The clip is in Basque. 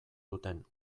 duten